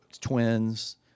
twins